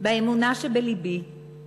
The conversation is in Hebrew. "באמונה שבלבי,